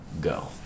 go